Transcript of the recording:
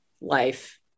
life